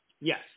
Yes